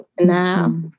now